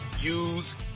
use